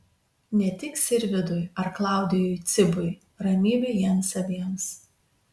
ne tik sirvydui ar klaudijui cibui ramybė jiems abiem